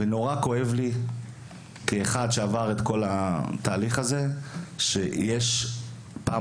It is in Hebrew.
נורא כואב לי כאחד שעבר את כל התהליך הזה שיש ילדים